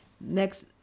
next